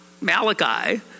Malachi